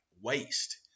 waste